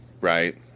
right